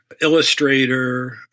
illustrator